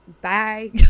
bye